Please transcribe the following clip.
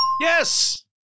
Yes